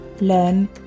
learn